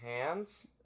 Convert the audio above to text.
hands